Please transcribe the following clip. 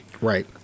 Right